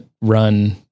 run